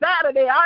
Saturday